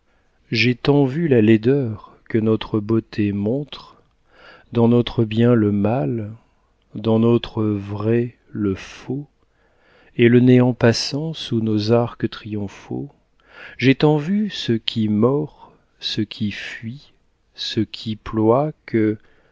j'ai tant vu la laideur que notre beauté montre dans notre bien le mal dans notre vrai le faux et le néant passant sous nos arcs triomphaux j'ai tant vu ce qui mord ce qui fuit ce qui ploie que